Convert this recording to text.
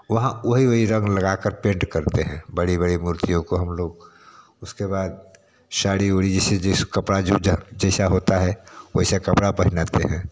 वहाँ वही वही रंग लगाकर पेंट करते हैं बड़ी बड़ी मूर्तियों को हम लोग उसके बाद साड़ी उड़ी जैसे जैसे कपड़ा जो जो जैसा होता है वैसा कपड़ा पहनाते हैं